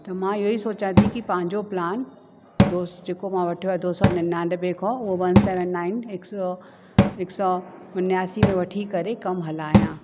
त मां इहो ई सोचां ते की प्लान दोस जेको मां वठो आहे दो सौ निन्यानवे खां उहो वन सैवन नाइन हिक सौ उनियासी में वठी करे कमु हलायां